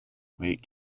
weight